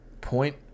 point